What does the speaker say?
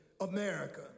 America